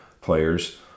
players